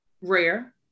rare